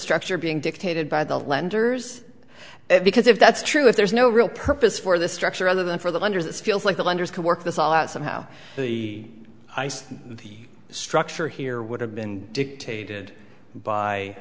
structure being dictated by the lenders because if that's true if there's no real purpose for the structure other than for them under this feels like the lenders can work this all out somehow the ice the structure here would have been dictated by